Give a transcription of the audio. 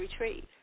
retreat